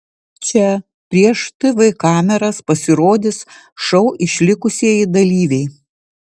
čia prieš tv kameras pasirodys šou išlikusieji dalyviai